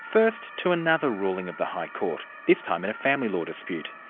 first, to another ruling of the high court, this time in a family law dispute.